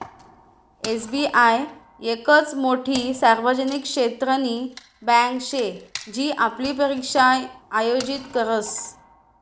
SBI येकच मोठी सार्वजनिक क्षेत्रनी बँके शे जी आपली परीक्षा आयोजित करस